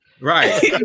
Right